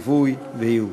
ליווי וייעוץ.